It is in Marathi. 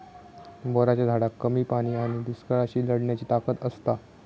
बोराच्या झाडात कमी पाणी आणि दुष्काळाशी लढण्याची ताकद असता